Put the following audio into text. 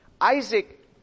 Isaac